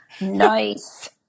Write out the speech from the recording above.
Nice